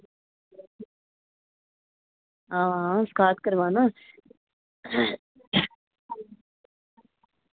आं स्काट करवाना